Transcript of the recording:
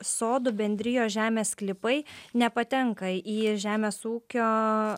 sodų bendrijos žemės sklypai nepatenka į žemės ūkio